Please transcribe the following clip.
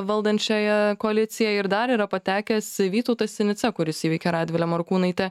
valdančiąją koaliciją ir dar yra patekęs vytautas sinica kuris įveikė radvilę morkūnaitę